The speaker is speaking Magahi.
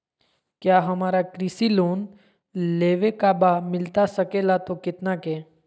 क्या हमारा कृषि लोन लेवे का बा मिलता सके ला तो कितना के?